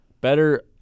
better